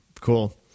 cool